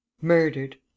Murdered